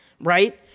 right